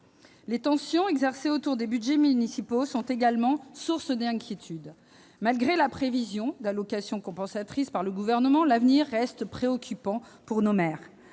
Les tensions exercées autour des budgets municipaux sont également sources d'inquiétudes. Malgré la prévision d'allocations compensatrices par le Gouvernement, l'avenir reste préoccupant pour nos maires